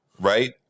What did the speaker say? right